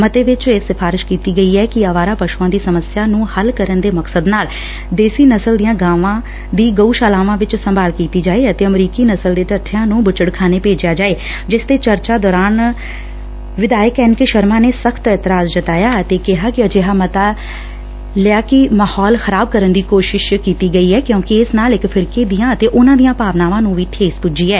ਮਤੇ ਵਿਚ ਇਹ ਸ਼ਿਫਾਰਿਸ਼ ਕੀਤੀ ਗਈ ਐ ਕਿ ਅਵਾਰਾ ਪਸੂਆਂ ਦੀ ਸਮੱਸਿਆ ਨੂੰ ਹੱਲ ਕਰਨ ਦੇ ਮਕਸਦ ਨਾਲ ਦੇਸੀ ਨਸਲ ਦੀਆਂ ਗਾਵਾਂ ਦੀ ਗਉ ਸਾਲਾਵਾਂ ਵਿਚ ਸੰਭਾਲ ਕੀਤੀ ਜਾਏ ਅਤੇ ਅਮਰੀਕੀ ਨਸਲ ਦੇ ਢੱਠਿਆਂ ਨੂੰ ਬੁੱਚੜਖਾਨੇ ਭੇਜਿਆ ਜਾਏ ਜਿਸ ਤੇ ਚਰਚਾ ਦੌਰਾਨ ਵਿਧਾਇਕ ਐਨ ਕੇ ਸ਼ਰਮਾ ਨੇ ਸਖ਼ਤ ਇਤਰਾਜ ਜਤਾਇਆ ਤੇ ਕਿਹਾ ਕਿ ਅਜਿਹਾ ਮਤਾ ਲਿਆ ਕਿ ਮਾਹੌਲ ਖ਼ਰਾਬ ਕਰਨ ਦੀ ਕੋਸ਼ਿਸ਼ ਕੀਤੀ ਗਈ ਐ ਕਿਉਂਕਿ ਇਸ ਨਾਲ ਇਕ ਫਿਰਕੇ ਦੀਆਂ ਅਤੇ ਉਨੂਾਂ ਦੀਆਂ ਭਾਵਨਾਵਾਂ ਨੂੰ ਵੀ ਠੇਸ ਪੁੱਜੀ ਐ